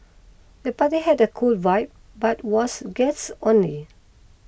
the party had a cool vibe but was guests only